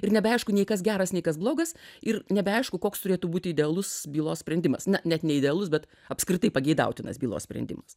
ir nebeaišku nei kas geras nei kas blogas ir nebeaišku koks turėtų būti idealus bylos sprendimas na net neidealus bet apskritai pageidautinas bylos sprendimas